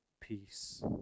peace